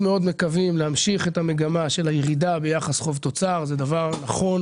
מקווים להמשיך את המגמה של הירידה ביחס חוב תוצר - זה דבר נכון